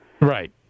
Right